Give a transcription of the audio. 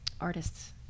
artists